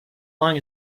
long